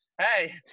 Hey